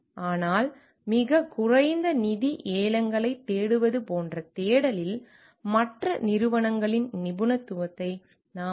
ஆனால் மிகக் குறைந்த நிதி ஏலங்களைத் தேடுவது போன்ற தேடலில் மற்ற நிறுவனங்களின் நிபுணத்துவத்தை நாம் தவறவிட்டிருக்கலாம்